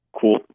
cool